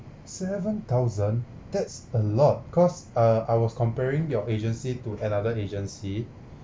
seven thousand that's a lot cause uh I was comparing your agency to another agency